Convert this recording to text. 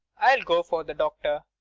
i'll go for the doctor.